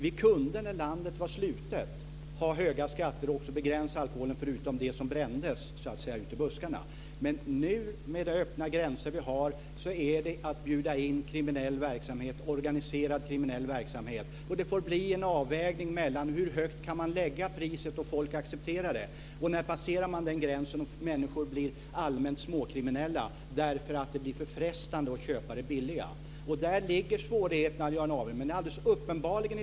Vi kunde när landet var slutet ha höga skatter och också begränsa alkoholen, förutom det som brändes ute i buskarna. Men med de öppna gränser vi nu har är det att bjuda in organiserad kriminell verksamhet. Det får bli en avvägning hur högt kan man lägga priset och ändå få folk att acceptera det. När passerar man den gräns där människor blir allmänt småkriminella därför att det blir för frestande att köpa det billiga? Där ligger svårigheten med att göra en avvägning.